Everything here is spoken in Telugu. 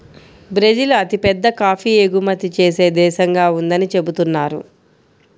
బ్రెజిల్ అతిపెద్ద కాఫీ ఎగుమతి చేసే దేశంగా ఉందని చెబుతున్నారు